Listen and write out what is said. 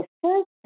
first